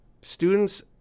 students